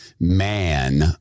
man